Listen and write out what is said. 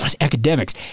academics